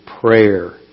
prayer